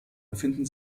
befinden